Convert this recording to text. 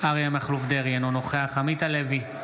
אריה מכלוף דרעי, אינו נוכח עמית הלוי,